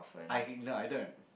I no I don't